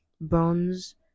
bronze